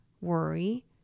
worry